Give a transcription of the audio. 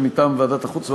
מטעם ועדת החוץ והביטחון,